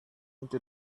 into